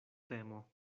temo